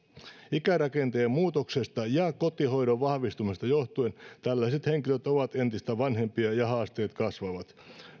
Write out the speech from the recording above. ikärakenteen muutoksesta ja kotihoidon vahvistumisesta johtuen tällaiset henkilöt ovat entistä vanhempia ja haasteet kasvavat